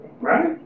right